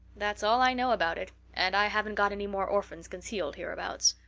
that's all i know about it and i haven't got any more orphans concealed hereabouts.